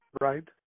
Right